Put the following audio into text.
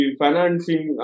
financing